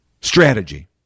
strategy